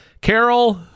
Carol